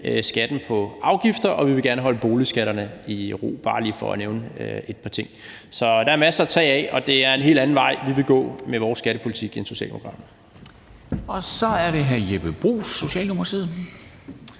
skatten på afgifter, og vi vil gerne holde boligskatterne i ro – bare lige for at nævne et par ting. Så der er masser at tage af, og det er en helt anden vej, vi vil gå med vores skattepolitik end Socialdemokraterne. Kl. 14:30 Formanden